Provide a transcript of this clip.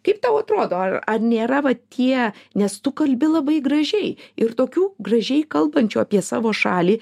kaip tau atrodo ar ar nėra va tie nes tu kalbi labai gražiai ir tokių gražiai kalbančių apie savo šalį